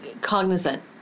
cognizant